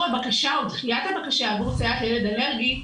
הבקשה או דחיית הבקשה עבור סייעת לילד אלרגי,